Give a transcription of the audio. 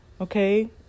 okay